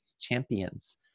champions